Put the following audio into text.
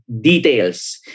details